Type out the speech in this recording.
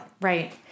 Right